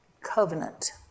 Covenant